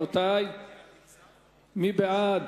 מי בעד